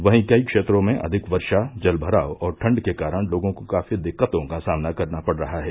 वहीं कई क्षेत्रों में अधिक वर्षा जल भराव और ठंड के कारण लोगों को काफी दिक्कतों का सामना करना पड़ रहा है